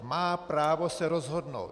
Má právo se rozhodnout.